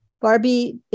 Barbie